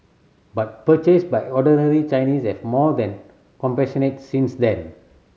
but purchase by ordinary Chinese have more than compensated since then